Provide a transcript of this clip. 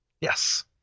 yes